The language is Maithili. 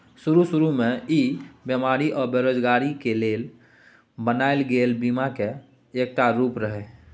शरू शुरू में ई बेमारी आ बेरोजगारी के लेल बनायल गेल बीमा के एकटा रूप रिहे